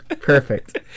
Perfect